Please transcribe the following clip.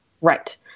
Right